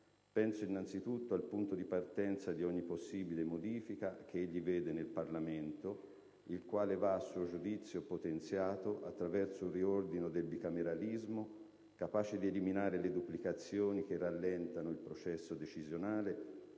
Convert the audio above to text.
Penso, innanzitutto, al punto di partenza di ogni possibile modifica che egli vede nel Parlamento, il quale va a suo giudizio potenziato attraverso un riordino del bicameralismo capace di eliminare le duplicazioni che rallentano il processo decisionale,